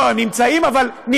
לא, הם נמצאים, אבל נפגעו.